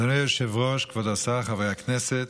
אדוני היושב-ראש, כבוד השר, חברי הכנסת,